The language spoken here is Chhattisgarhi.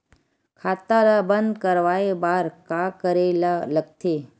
खाता ला बंद करवाय बार का करे ला लगथे?